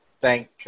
thank